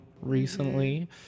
recently